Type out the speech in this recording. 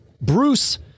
Bruce